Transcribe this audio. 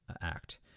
act